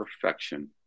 perfection